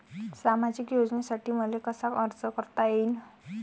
सामाजिक योजनेसाठी मले कसा अर्ज करता येईन?